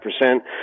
percent